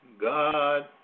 God